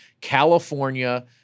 California